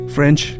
French